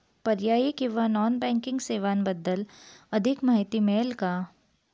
पर्यायी किंवा non banking सेवांबद्दल अधिक माहिती मिळेल का?